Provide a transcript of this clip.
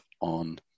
on